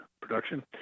production